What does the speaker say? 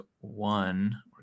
one